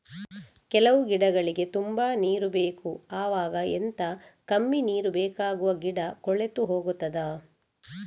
ಕೆಲವು ಗಿಡಗಳಿಗೆ ತುಂಬಾ ನೀರು ಬೇಕು ಅವಾಗ ಎಂತ, ಕಮ್ಮಿ ನೀರು ಬೇಕಾಗುವ ಗಿಡ ಕೊಳೆತು ಹೋಗುತ್ತದಾ?